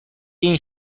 این